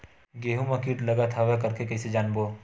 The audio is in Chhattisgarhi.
गेहूं म कीट लगत हवय करके कइसे जानबो?